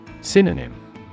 Synonym